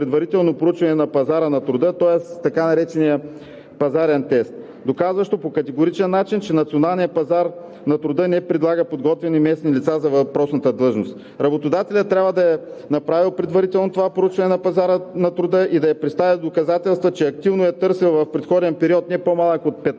предварително проучване на пазара на труда от работодателя, тоест така наречения пазарен тест, доказващо по категоричен начин, че националният пазар на труда не предлага подготвени местни лица за въпросната длъжност. Работодателят трябва да е направил предварително това проучване на пазара на труда и да е представил доказателства, че активно е търсил в предходен период – не по-малък от 15